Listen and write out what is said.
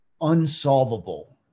unsolvable